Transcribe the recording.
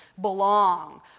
belong